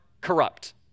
corrupt